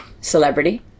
celebrity